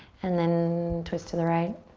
and then twist to the right.